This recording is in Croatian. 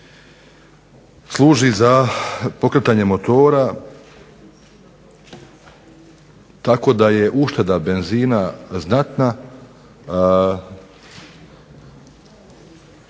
služi za pokretanje motora tako da je ušteda benzina znatna,